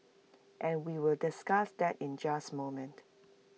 and we will discuss that in just moment